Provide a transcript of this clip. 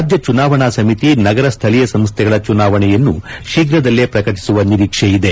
ರಾಜ್ಯ ಚುನಾವಣಾ ಸಮಿತಿ ನಗರ ಸ್ಥಳೀಯ ಸಂಸ್ಥೆಗಳ ಚುನಾವಣೆಯನ್ನು ಶೀಘ್ರದಲ್ಲೇ ಪ್ರಕಟಿಸುವ ನಿರೀಕ್ಷೆಯಿದೆ